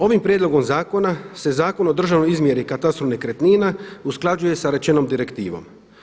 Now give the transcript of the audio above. Ovim prijedlogom zakona se Zakon o državnoj izmjeri i katastru nekretnina usklađuje sa rečenom direktivom.